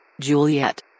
Juliet